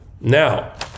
Now